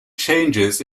changes